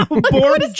Born